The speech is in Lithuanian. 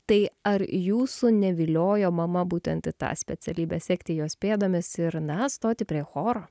tai ar jūsų neviliojo mama būtent į tą specialybę sekti jos pėdomis ir na stoti prie choro